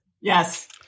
yes